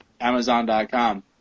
Amazon.com